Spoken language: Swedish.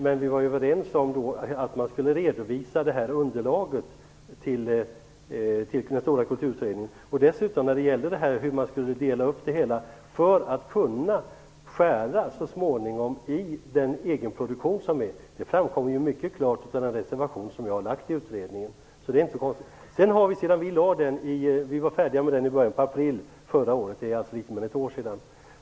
Men vi var överens om att man skulle redovisa underlaget till den stora kulturutredningen. När det sedan gäller hur man skulle dela upp det hela för att så småningom kunna skära i den egenproduktion som bedrivs framkommer det mycket klart av den reservation som jag avgett till utredningen, så det är inte konstigt. Vi var färdiga med utredningen i början på april förra året. Det är alltså litet mer än ett år sedan.